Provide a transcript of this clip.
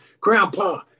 Grandpa